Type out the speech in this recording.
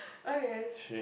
okay